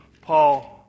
Paul